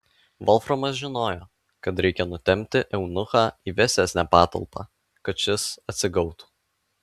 volframas žinojo kad reikia nutempti eunuchą į vėsesnę patalpą kad šis atsigautų